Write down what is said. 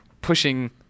pushing